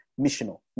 missional